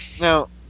Now